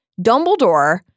Dumbledore